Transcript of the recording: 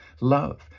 love